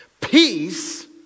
Peace